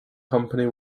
company